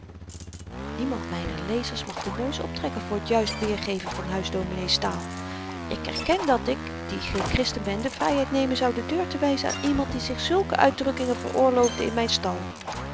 niemand myner lezers mag den neus optrekken voor t juist weergeven van huisdominee's taal ik erken dat ik die geen christen ben de vryheid nemen zou de deur te wyzen aan iemand die zich zulke uitdrukkingen veroorloofde in myn stal